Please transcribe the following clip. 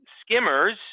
skimmers